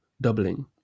doubling